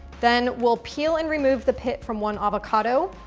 then we'll peel and remove the pit from one avocado,